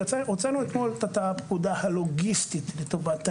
הוצאנו אתמול את הפקודה הלוגיסטית לטובת העניין.